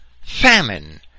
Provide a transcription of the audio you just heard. famine